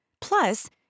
Plus